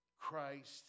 Christ